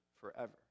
forever